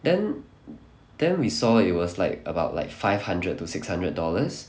then then we saw it was like about like five hundred to six hundred dollars